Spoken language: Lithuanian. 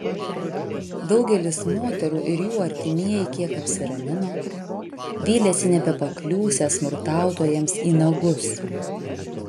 daugelis moterų ir jų artimieji kiek apsiramino vylėsi nebepakliūsią smurtautojams į nagus